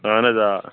اہَن حظ آ